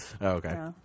okay